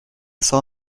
saw